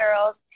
girls